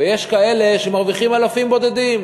ויש כאלה שמרוויחים אלפים בודדים.